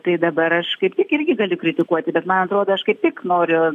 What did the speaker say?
tai dabar aš kaip tik irgi galiu kritikuoti bet man atrodo aš kaip tik noriu